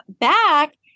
back